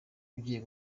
ugiye